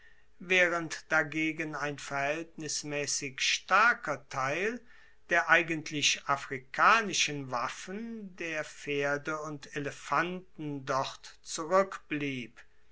waehrend dagegen ein verhaeltnismaessig starker teil der eigentlich afrikanischen waffen der pferde und elefanten dort